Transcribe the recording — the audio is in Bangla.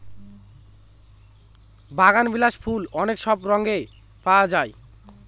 বাগানবিলাস ফুল অনেক সব রঙে পাওয়া যায়